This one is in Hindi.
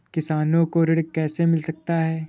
किसानों को ऋण कैसे मिल सकता है?